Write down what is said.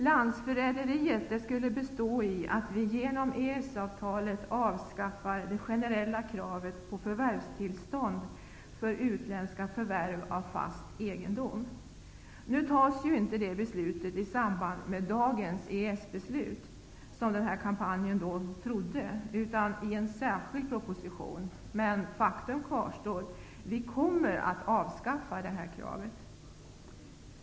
Landsförräderiet skulle bestå i att vi genom EES avtalet avskaffar det generella kravet på förvärvstillstånd för utländska förvärv av fast egendom. Nu fattas ju inte det beslutet i samband med dagens beslut om EES-avtalet, utan i en särskild proposition. Men faktum kvarstår: Vi kommer att avvisa det här kravet.